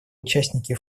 участники